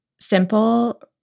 simple